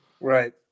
right